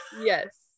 yes